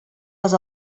les